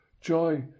Joy